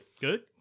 good